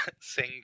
sing